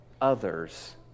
others